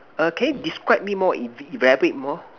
err can you describe me more eva~ elaborate more